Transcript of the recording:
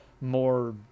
more